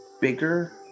bigger